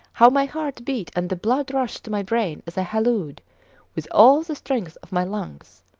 how my heart beat and the blood rushed to my brain as i halloed with all the strength of my lungs.